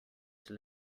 live